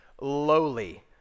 lowly